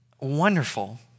wonderful